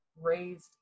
raised